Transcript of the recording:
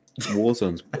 Warzone's